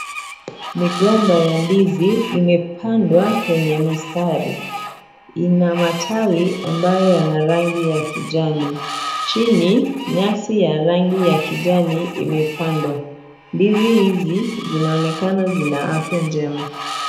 Migomba ya ndizi imepandwa kwenye mistari. Ina matawi ambayo yana rangi ya kijani. Chini, nyasi ya rangi ya kijani imepandwa. Ndizi hizi zinaonekana zina afya njema.